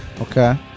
Okay